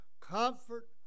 comfort